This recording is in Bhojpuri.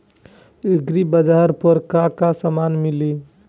एग्रीबाजार पर का का समान मिली?